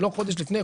ולא חודש לפני,